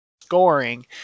scoring